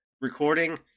recording